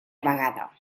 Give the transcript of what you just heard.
vegada